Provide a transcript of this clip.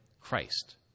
Christ